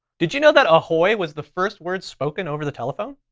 did you know that ahoy was the first word spoken over the telephone?